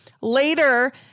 later